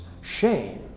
Shame